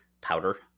powder